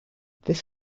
this